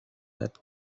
that